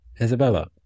Isabella